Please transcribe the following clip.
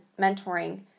mentoring